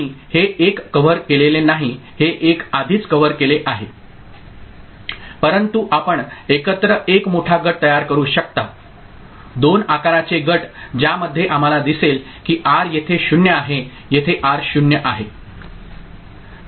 आणि हे 1 कव्हर केलेले नाही हे 1 आधीच कव्हर केले आहे परंतु आपण एकत्र एक मोठा गट तयार करू शकता 2 आकारचे गट ज्यामध्ये आम्हाला दिसेल की आर येथे 0 आहे येथे आर 0 आहे